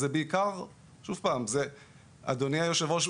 אדוני היושב-ראש,